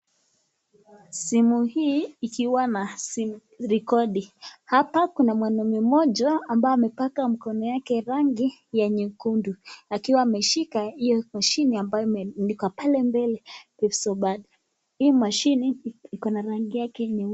Simu hii ikiwa na simu rekodi. Hapa kuna mwanamume mmoja ambaye amepaka mkono yake rangi ya nyekundu, akiwa ameshika hiyo mashine ambayo imeandikwa pale mbele Pesapal . Hii mashine iko na rangi yake nyeupe.